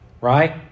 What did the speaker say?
right